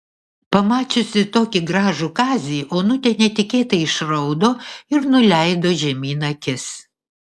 pamačiusi tokį gražų kazį onutė netikėtai išraudo ir nuleido žemyn akis